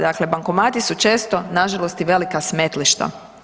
Dakle, bankomati su često nažalost i velika smetlišta.